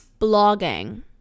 blogging